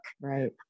right